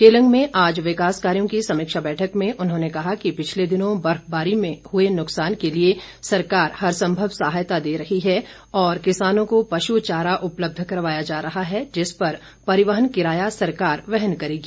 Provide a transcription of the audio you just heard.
केलंग में आज विकास कार्यों की समीक्षा बैठक में उन्होंने कहा कि पिछले दिनों बर्फबारी में हुए नुकसान के लिए सरकार हरसंभव सहायता दे रही है और किसानों को पशु चारा उपलब्ध करवाया जा रहा है जिस पर परिवहन किराया सरकार वहन करेगी